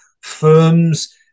Firms